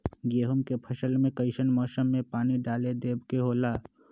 गेहूं के फसल में कइसन मौसम में पानी डालें देबे के होला?